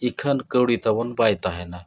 ᱤᱠᱷᱟᱹᱱ ᱠᱟᱣᱰᱤ ᱛᱟᱵᱚᱱ ᱵᱟᱭ ᱛᱟᱦᱮᱱᱟ